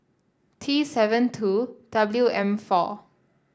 T seven two W M four